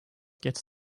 gets